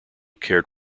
cared